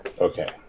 Okay